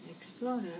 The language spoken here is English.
Explorer